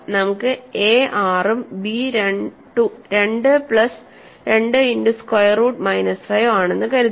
നമുക്ക് എ 6 ഉം B 2 plus 2 into square root minus 5 ആണെന്ന് കരുതുക